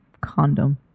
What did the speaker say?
condom